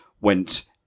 went